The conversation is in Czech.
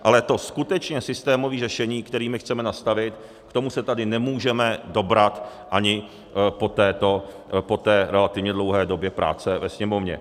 Ale to skutečně systémové řešení, které my chceme nastavit, k tomu se tady nemůžeme dobrat ani po té relativně dlouhé době práce ve Sněmovně.